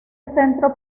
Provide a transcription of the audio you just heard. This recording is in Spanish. centro